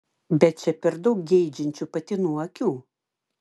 bet čia per daug geidžiančių patinų akių